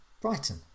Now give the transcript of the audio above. brighton